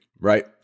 right